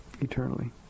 eternally